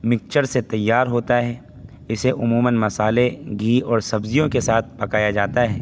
mixture سے تیار ہوتا ہے اسے عموماً مصالحے گھی اور سبزیوں کے ساتھ پکایا جاتا ہے